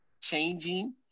changing